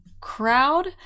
crowd